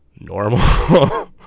normal